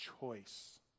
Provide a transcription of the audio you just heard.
choice